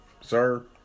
Sir